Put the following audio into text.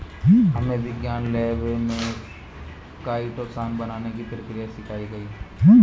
हमे विज्ञान लैब में काइटोसान बनाने की प्रक्रिया सिखाई गई